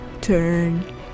turn